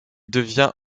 devient